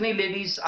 ladies